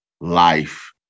life